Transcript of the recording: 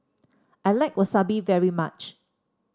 I like Wasabi very much